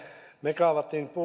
megawatin